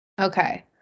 okay